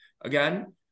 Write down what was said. again